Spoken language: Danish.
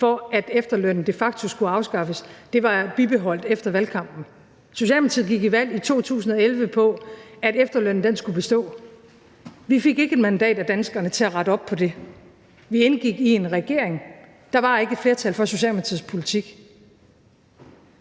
for, at efterlønnen de facto skulle afskaffes, var bibeholdt efter valgkampen. Socialdemokratiet gik til valg i 2011 på, at efterlønnen skulle bestå. Vi fik ikke et mandat af danskerne til at rette op på det. Vi indgik i en regering. Der var ikke et flertal for Socialdemokratiets